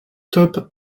top